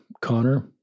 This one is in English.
Connor